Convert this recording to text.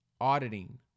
auditing